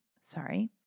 Sorry